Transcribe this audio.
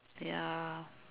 ya